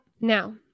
Now